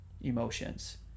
emotions